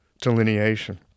delineation